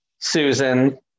Susan